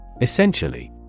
Essentially